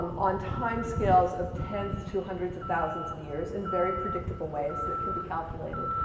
on time scales of tens to hundreds of thousands of years in very predictable ways that can be calculated.